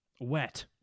Wet